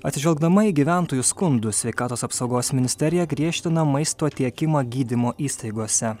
atsižvelgdama į gyventojų skundus sveikatos apsaugos ministerija griežtina maisto tiekimą gydymo įstaigose